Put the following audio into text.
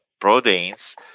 proteins